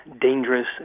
dangerous